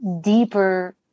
deeper